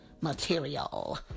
material